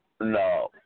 No